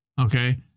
Okay